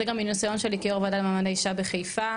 וגם מהניסיון שלי כיו"ר הוועדה למעמד האישה בחיפה,